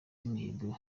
imihigo